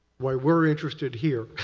why we're interested here.